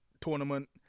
tournament